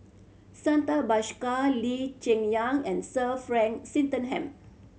Santha Bhaskar Lee Cheng Yan and Sir Frank Swettenham